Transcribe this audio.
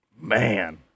Man